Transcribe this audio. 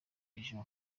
ejo